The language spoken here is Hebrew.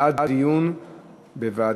בעד דיון בוועדה.